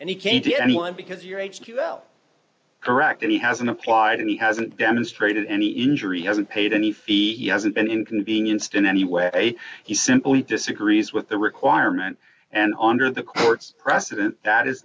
and he can't be anyone because you're h q l correct and he has an applied and he hasn't demonstrated any injury hasn't paid any fee hasn't been inconvenienced in any way he simply disagrees with the requirement and under the court's precedent that is